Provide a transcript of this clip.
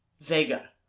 Vega